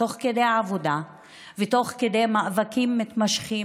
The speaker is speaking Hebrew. תוך כדי עבודה ותוך כדי מאבקים מתמשכים,